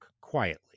quietly